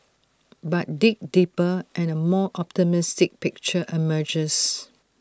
but dig deeper and A more optimistic picture emerges